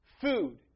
food